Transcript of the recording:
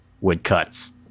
woodcuts